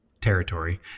territory